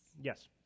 Yes